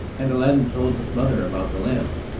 and aladdin told his mother about the lamp.